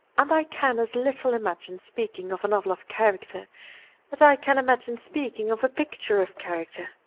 and i can as little imagine speaking of a novel of character as i can imagine speaking of a picture of character.